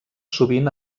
sovint